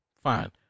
fine